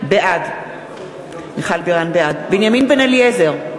בעד בנימין בן אליעזר,